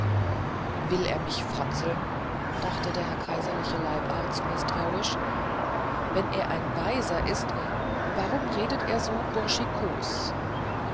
will er mich frozzeln dachte der herr kaiserliche leibarzt mißtrauisch wenn er ein weiser ist warum redet er so burschikos